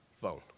phone